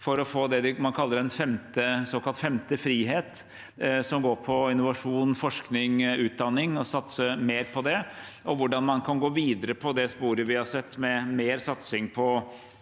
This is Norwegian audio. for å få det man kaller den såkalte femte frihet, som dreier seg om innovasjon, forskning og utdanning, og satse mer på det, og hvordan man kan gå videre på det sporet vi har sett med mer satsing på